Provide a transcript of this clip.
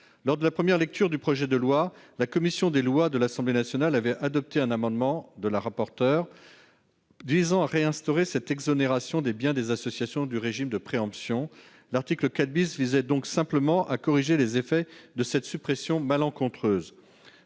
Lors de la première lecture du projet de loi, la commission des lois de l'Assemblée nationale a adopté un amendement de la rapporteur visant à réinstaurer cette exonération des biens des associations du régime de préemption. L'article 4 corrigeait simplement les effets de cette suppression malencontreuse.